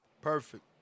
Perfect